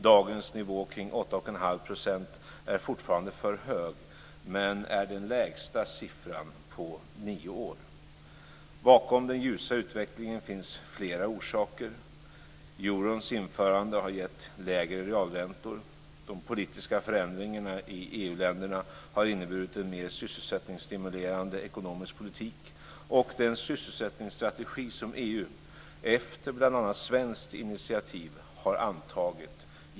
Dagens nivå kring 8 1⁄2 % är fortfarande för hög, men det är den lägsta siffran på nio år. Bakom den ljusa utvecklingen finns flera orsaker. Eurons införande har gett lägre realräntor.